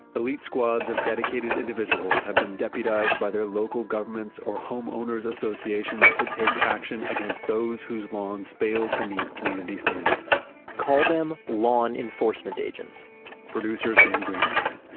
elite squads of dedicated individuals have been deputized by their local governments or homeowners association to take action against those whose lawns fail to meet community standards call them lawn enforcement agents producer sam greenspan.